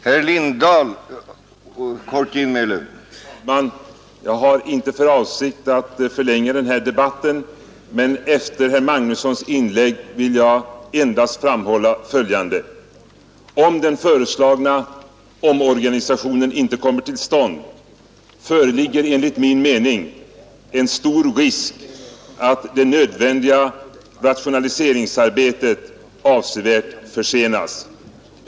Herr talman! Jag har inte för avsikt att förlänga den här debatten, men efter herr Magnussons i Kristinehamn inlägg vill jag framhålla följande: Om den föreslagna omorganisationen inte kommer till stånd föreligger enligt min mening en stor risk att det nödvändiga rationaliseringsarbetet avsevärt försenas.